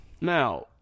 Now